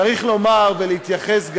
צריך לומר ולהתייחס גם,